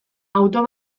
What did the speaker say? auto